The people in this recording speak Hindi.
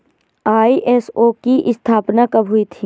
आई.एस.ओ की स्थापना कब हुई थी?